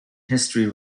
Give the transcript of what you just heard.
history